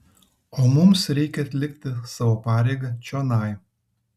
o mums reikia atlikti savo pareigą čionai